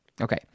Okay